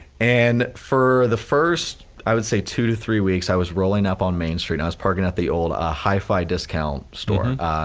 and for the first, i would say two to three weeks i was rolling up on main street, i was parking out the old ah hi-fi discount store.